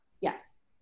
Yes